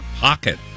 Pocket